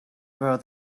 where